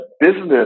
business